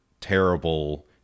terrible